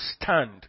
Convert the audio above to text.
stand